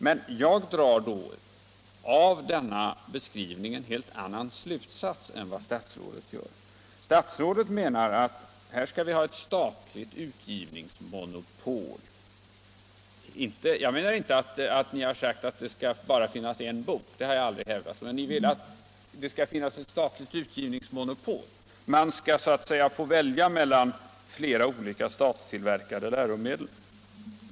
Men jag drar av denna beskrivning en helt annan slutsats än vad statsrådet gör. Statsrådet anser att här skall vi ha ett statligt utgivningsmonopol; jag har aldrig hävdat att ni har sagt att det skall finnas bara en bok i varje ämne, men ni vill att staten skall ha monopol på själva utgivningen — man skall så att säga få välja mellan flera olika statstillverkade läromedel.